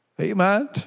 Amen